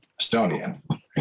Estonian